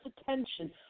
attention